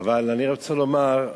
אבל אני רוצה לומר,